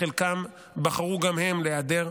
חלקם בחרו גם הם להיעדר.